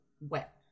wet